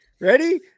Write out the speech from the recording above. ready